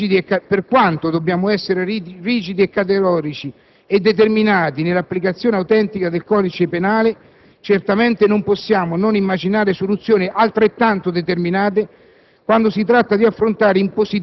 Per quanto dobbiamo essere rigidi, categorici e determinati nell'applicazione autentica del codice penale, certamente non possiamo non immaginare soluzioni altrettanto determinate